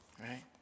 Right